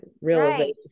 realization